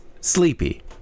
sleepy